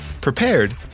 prepared